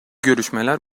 görüşmeler